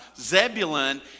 Zebulun